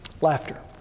Laughter